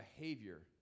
behavior